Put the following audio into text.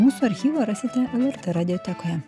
mūsų archyvą rasite lrt radiotekoje